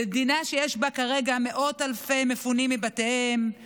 למדינה שיש בה כרגע מאות אלפי מפונים מבתיהם,